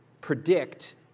predict